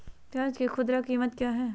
प्याज के खुदरा कीमत क्या है?